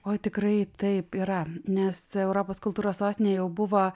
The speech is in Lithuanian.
o tikrai taip yra nes europos kultūros sostinė jau buvo